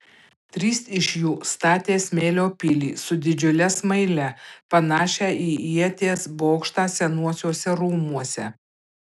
trys iš jų statė smėlio pilį su didžiule smaile panašią į ieties bokštą senuosiuose rūmuose